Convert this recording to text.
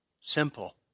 Simple